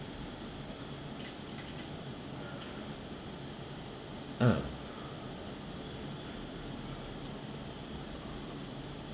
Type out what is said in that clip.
ah